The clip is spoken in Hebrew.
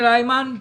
בבקשה.